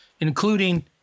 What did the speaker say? Including